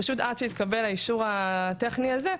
פשוט עד שהתקבל האישור הטכני הזה,